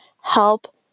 help